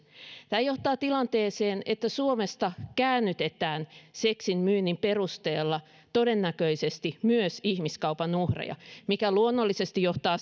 tämä johtaa tilanteeseen että suomesta käännytetään seksin myynnin perusteella todennäköisesti myös ihmiskaupan uhreja mikä luonnollisesti johtaa